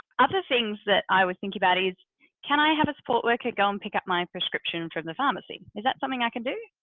other things that i was thinking about is can i have a support worker go and pick up my prescription from the pharmacy? is that something i can do?